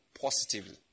positively